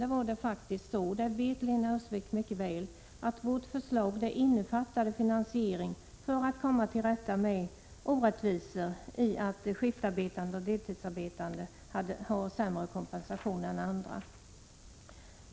Lena Öhrsvik vet mycket väl att vårt förslag innefattade finansiering för att komma till rätta med det orättvisa i att de skiftarbetande och deltidsarbetande har sämre kompensation än andra.